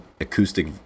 acoustic